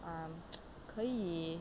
um 可以